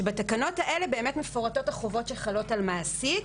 שבתקנות האלה באמת מפורטות החובות שחלות על מעסיק,